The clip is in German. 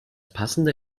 passende